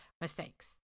mistakes